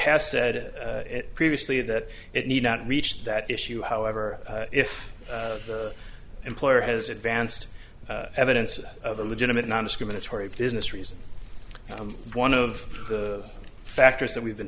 has said previously that it need not reach that issue however if the employer has advanced evidence of a legitimate nondiscriminatory business reasons i'm one of the factors that we've been